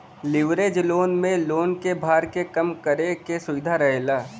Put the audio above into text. leverage loan में loan क भार के कम करे क सुविधा रहेला